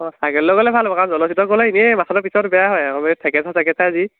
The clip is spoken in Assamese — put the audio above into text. অঁ চাইকেল লৈ গ'লে ভাল কাৰণ এনেই মাথাটো পিছত বেয়া হয় থেকেচা চেকেচা যি